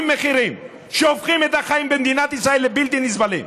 מחירים שהופכים את החיים במדינת ישראל לבלתי נסבלים.